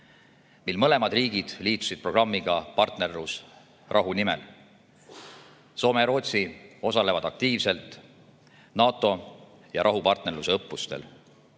kui mõlemad riigid liitusid programmiga "Partnerlus rahu nimel". Soome ja Rootsi osalevad aktiivselt NATO ja rahupartnerluse õppustel.